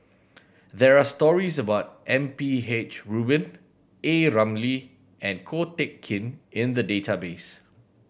there are stories about M P H Rubin A Ramli and Ko Teck Kin in the database